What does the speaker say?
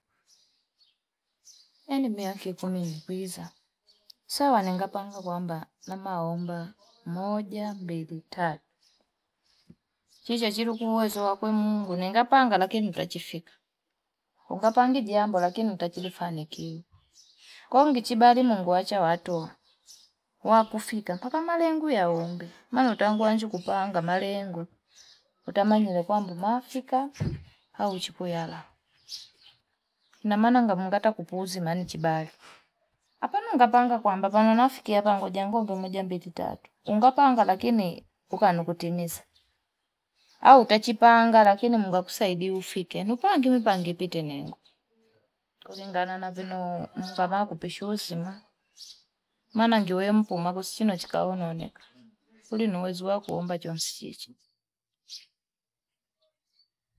Nini miyake kuminikwiza. Sawa nengapanga kwa mba mamahomba. Moja, mbili, tatu. Chichachiru kuhueso wakoe mungu. Nengapanga lakini mtachifika. Kungapangi diambo lakini mtachirifanya kiu. Kongi chibari mungu wacha watuwa. Wakufika. Pakamalengu yaombe. Malu utangu wanchu kupanga malengu. Utamangile kwa mbumafika au chipu yala. Na mananga mungata kupuuzi manichibari. Hapana mungapanga kwa mba mamahomba. Nafikia mpango kwa moja, mbili, tatu. Mungapanga lakini mpuka nukotimiza. Hau tachipanga lakini munga kusaidi ufike. Nupanga kimi pangebite ninyo. Kulingana nabino mungama kupeshozi ma. Mana njoye mpuma kusichino chikawono onyeka. Hulinuwezu wakoe mba jositichi.